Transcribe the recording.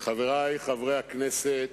חברי חברי הכנסת,